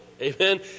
amen